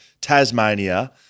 Tasmania